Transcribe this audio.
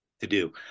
to-do